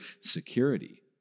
security